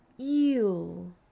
Eel